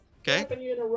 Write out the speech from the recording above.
Okay